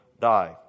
die